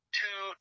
two